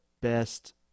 best